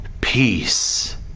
peace